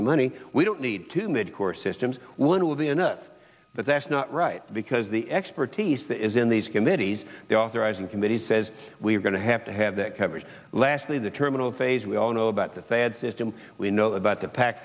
some money we don't need to mid course systems one will be enough but that's not right because the expertise that is in these committees the authorizing committee says we're going to have to have that coverage lastly the terminal phase we all know about the fad system we know about the pac